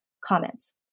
comments